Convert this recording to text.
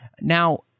Now